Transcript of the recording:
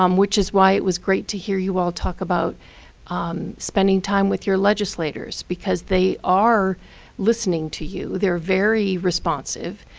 um which is why it was great to hear you all talk about um spending time with your legislators, because they are listening to you. they're very responsive,